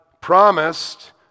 promised